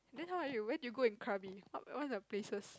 then how you where did you go and Krabi what's your places